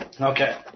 Okay